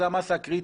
זו המסה הקריטית.